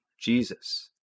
Jesus